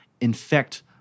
infect